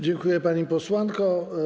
Dziękuję, pani posłanko.